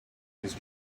this